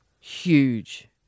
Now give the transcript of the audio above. Huge